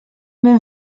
ben